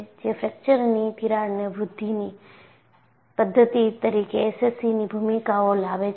જે ફ્રેક્ચરની તિરાડને વૃદ્ધિની પદ્ધતિ તરીકે એસસીસી ની ભૂમિકાઓ લાવે છે